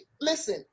Listen